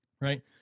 Right